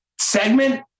segment